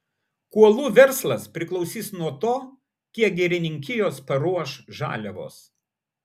kuolų verslas priklausys nuo to kiek girininkijos paruoš žaliavos